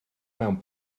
mewn